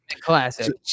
Classic